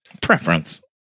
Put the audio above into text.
Preference